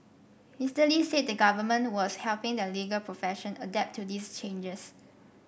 Mister Lee said the Government was helping the legal profession adapt to these changes